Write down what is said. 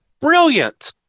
Brilliant